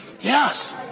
yes